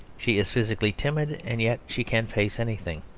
she is physically timid and yet she can face anything.